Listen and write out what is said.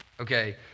Okay